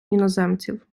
іноземців